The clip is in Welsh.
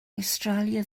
awstralia